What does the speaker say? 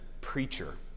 preacher